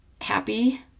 happy